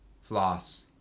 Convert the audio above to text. floss